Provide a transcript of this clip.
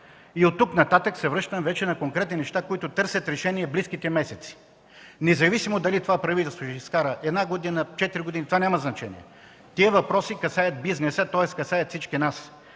Оттук нататък се връщам на конкретни неща, които търсят решение в близките месеци. Независимо дали това правителство ще изкара една или четири години, това няма значение, тези въпроси касаят бизнеса, тоест касаят всички нас.